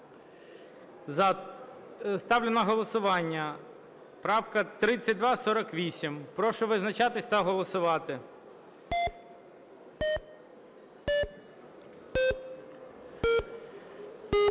Ставлю на голосування поправку 1418. Прошу визначатись та голосувати.